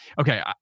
Okay